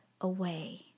away